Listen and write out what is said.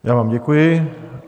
Já vám děkuji.